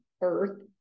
earth